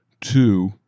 two